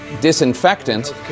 disinfectant